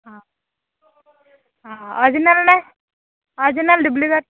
অঁ অঁ অৰজিনেল নে অৰজিনেল ডুপ্লিকেট